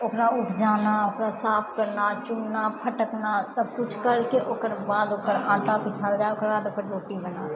ओकरा उपजाना ओकरा साफ करना चुनना फटकना सबकिछु करके के ओकरबाद ओकर आटा पिसायल जाइ ओकरबाद ओकर रोटी बनै